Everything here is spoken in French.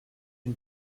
une